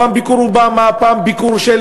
פעם ביקור אובמה,